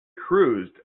cruised